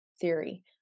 theory